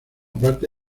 parte